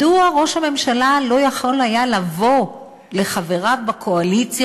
מדוע ראש הממשלה לא יכול היה לבוא לחבריו בקואליציה